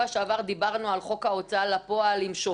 החוק בא להגביל סיחור